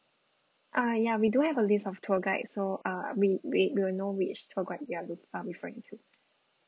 uh ya we do have a list of tour guides so uh we we we will know which tour guide you're lo~ uh referring to